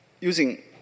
using